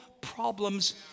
problems